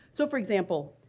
so for example,